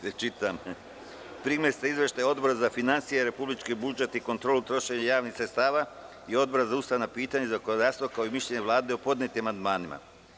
Primili ste izveštaje Odbora za finansije, republički budžet i kontrolu trošenja javnih sredstava i Odbora za ustavna pitanja i zakonodavstvo, kao i mišljenje Vlade o podnetim amandmanima.